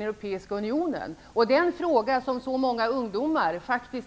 Europeiska unionen -- och det är en fråga som så många ungdomar